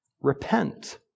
Repent